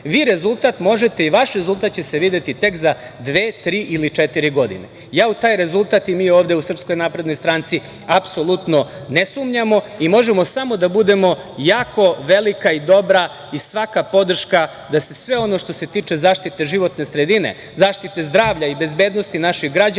otvoren i iskren. Vaš rezultat će se videti tek za dve, tri ili četiri godine. Ja u taj rezultat i mi ovde u Srpskoj naprednoj stranci apsolutno ne sumnjamo i možemo samo da budemo jako velika i dobra i svaka podrška da se sve ono što se tiče zaštite životne sredine, zaštita zdravlja i bezbednosti naših građana